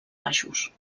baixos